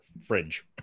fridge